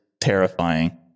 terrifying